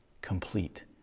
complete